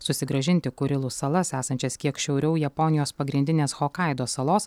susigrąžinti kurilų salas esančias kiek šiauriau japonijos pagrindinės hokaido salos